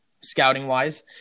scouting-wise